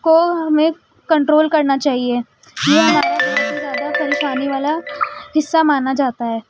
کو ہمیں کنٹرول کرنا چاہیے زیادہ پریشانی والا حصہ مانا جاتا ہے